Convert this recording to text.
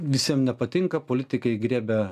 visiem nepatinka politikai griebia